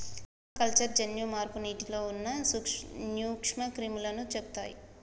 aquaculture జన్యు మార్పు నీటిలో ఉన్న నూక్ష్మ క్రిములని చెపుతయ్